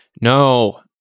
No